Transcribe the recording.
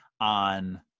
on